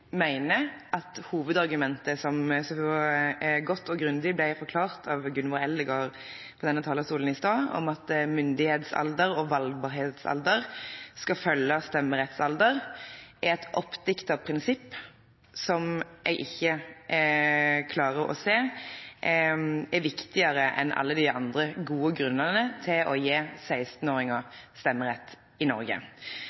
at hovedargumentet, som godt og grundig ble forklart av Gunvor Eldegard på denne talerstolen i stad, om at myndighetsalder og valgbarhetsalder skal følge stemmerettsalder, er et oppdiktet prinsipp, som jeg ikke klarer å se er viktigere enn alle de andre gode grunnene til å gi